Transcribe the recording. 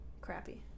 Crappy